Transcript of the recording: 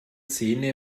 zähne